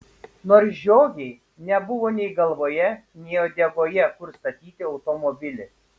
nors žiogei nebuvo nei galvoje nei uodegoje kur statyti automobilį